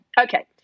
Okay